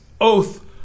oath